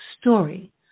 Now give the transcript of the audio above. story